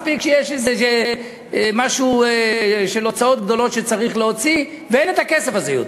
מספיק שיש איזה משהו של הוצאות גדולות שצריך להוציא ואין את הכסף יותר.